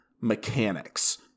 mechanics